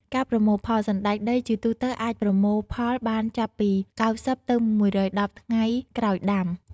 ការប្រមូលផល សណ្តែកដីជាទូទៅអាចប្រមូលផលបានចាប់ពី ៩០ ទៅ ១១០ ថ្ងៃក្រោយដាំ។